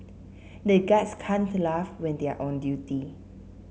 the guards can't laugh when they are on duty